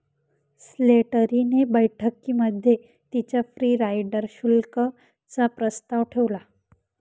Slattery ने बैठकीमध्ये तिच्या फ्री राईडर शुल्क चा प्रस्ताव ठेवला